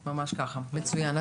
מצוין.